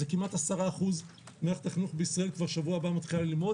כמעט 10% ממערכת החינוך בישראל מתחילה ללמוד כבר בשבוע הבא,